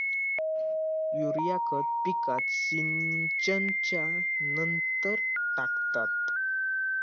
urea खत पिकात सिंचनच्या नंतर टाकतात